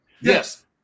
yes